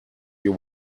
you